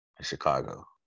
Chicago